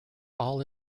all